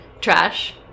Trash